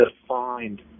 defined